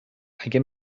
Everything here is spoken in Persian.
اگه